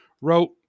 wrote